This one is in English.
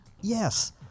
Yes